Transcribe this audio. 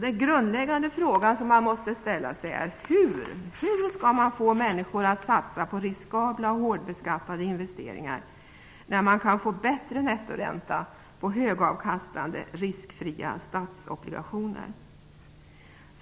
Den grundläggande fråga som måste ställas är: Hur skall man få människor att satsa på riskabla och hårdbeskattade investeringar när de kan få bättre nettoränta på högavkastande riskfria statsobligationer?